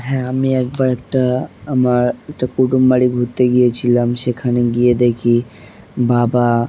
হ্যাঁ আমি একবার একটা আমার একটা কুটুম বাড়ি ঘুরতে গিয়েছিলাম সেখানে গিয়ে দেখি বাবা